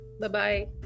Bye-bye